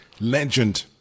legend